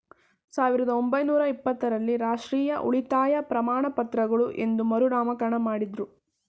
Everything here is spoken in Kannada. ಸಾವಿರದ ಒಂಬೈನೂರ ಇಪ್ಪತ್ತ ರಲ್ಲಿ ರಾಷ್ಟ್ರೀಯ ಉಳಿತಾಯ ಪ್ರಮಾಣಪತ್ರಗಳು ಎಂದು ಮರುನಾಮಕರಣ ಮಾಡುದ್ರು